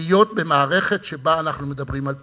להיות במערכת שבה אנחנו מדברים על פירוק.